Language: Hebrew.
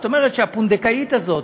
את אומרת שהפונדקאית הזאת,